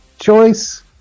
choice